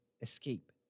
escape